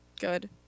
Good